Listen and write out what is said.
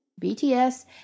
BTS